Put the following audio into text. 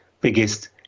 Biggest